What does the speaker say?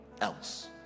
else